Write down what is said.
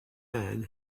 man